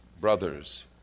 brothers